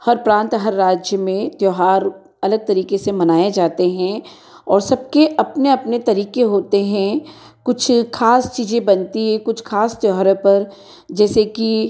हर प्रांत हर राज्य में त्योहार अलग तरीके से मनाए जाते हैं और सबके अपने अपने तरीके होते हैं कुछ खास चीज़ें बनती हैं कुछ खास त्योहारों पर जैसे कि